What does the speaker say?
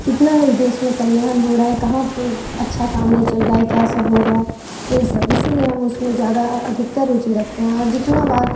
कितना देश में कल्याण हो रहा है कहाँ पे अच्छा काम नहीं चल रहा है क्या सब हो रहा है यही सब इसीलिए हम उसमें ज़्यादा अधिकतर रुचि रखते हैं और जितना बार